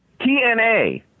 TNA